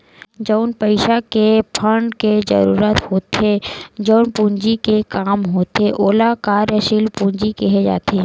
जउन पइसा के फंड के जरुरत होथे जउन पूंजी के काम होथे ओला कार्यसील पूंजी केहे जाथे